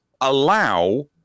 allow